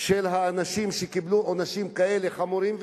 של אנשים שקיבלו עונשים כאלה חמורים,